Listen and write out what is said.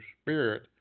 spirit